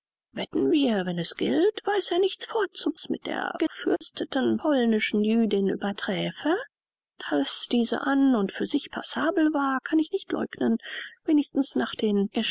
wetten wir wenn es gilt weiß er nichts vorzubringen was die farce mit der gefürsteten polnischen jüdin überträfe daß diese an und für sich passabel war kann ich nicht leugnen wenigstens nach den